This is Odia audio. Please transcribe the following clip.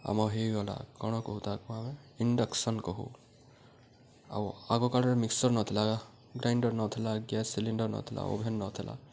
ଆମ ହେଇଗଲା କ'ଣ କହୁ ତାକୁ ଆମେ ଇଣ୍ଡକ୍ସନ୍ କହୁ ଆଉ ଆଗ କାଳରେ ମିକ୍ସର୍ ନଥିଲା ଗ୍ରାଇଣ୍ଡର୍ ନଥିଲା ଗ୍ୟାସ୍ ସିଲିଣ୍ଡର୍ ନଥିଲା ଓଭେନ୍ ନଥିଲା